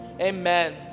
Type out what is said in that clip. amen